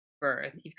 birth